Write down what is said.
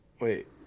Wait